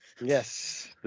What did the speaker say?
yes